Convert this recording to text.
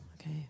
okay